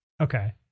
Okay